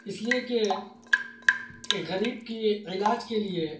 اس لیے کہ ایک غریب کی علاج کے لیے